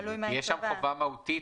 יש שם חובה מהותית,